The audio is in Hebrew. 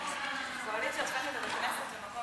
הקואליציה הופכת את הכנסת למקום